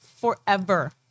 forever